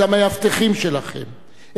את המאבטחים שלכם,